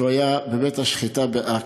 שהיה בבית-השחיטה בעכו.